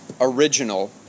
original